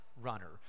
Runner